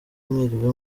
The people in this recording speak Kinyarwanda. mwiriwe